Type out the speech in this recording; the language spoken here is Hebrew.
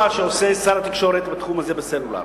שעושה שר התקשורת בתחום הזה בסלולר,